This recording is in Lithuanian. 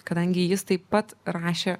kadangi jis taip pat rašė